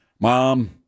Mom